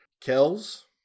kells